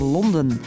Londen